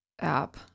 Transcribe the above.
App